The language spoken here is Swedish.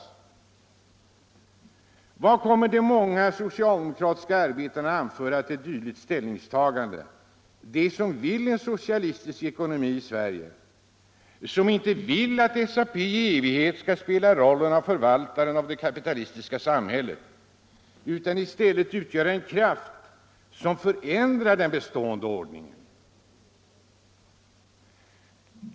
Vad kommer de många socialdemokratiska arbetarna att säga om ett dylikt ställningstagande — de som vill ha en socialistisk ekonomi i Sverige, som inte vill att SAP i evighet skall spela rollen av förvaltaren av det kapitalistiska samhället utan i stället utgöra en kraft som förändrar den bestående ordningen?